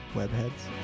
webheads